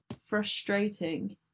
frustrating